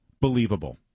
believable